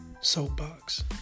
Soapbox